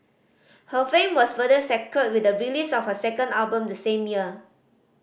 her fame was further secured with the release of her second album the same year